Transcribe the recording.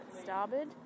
starboard